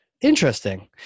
Interesting